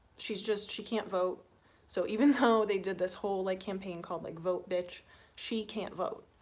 she's just. she can't vote so even though they did this whole like campaign called like vote bitch she can't vote.